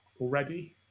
already